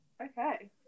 Okay